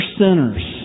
sinners